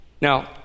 Now